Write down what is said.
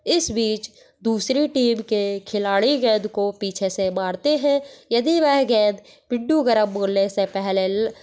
इस बीच दूसरी टीम के खिलाड़ी गेंद को पीछे से मारते हैं यदि वह गेंद पिट्ठू गर्म बोलने से पहले लग